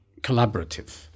collaborative